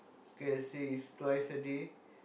can I say it's twice a day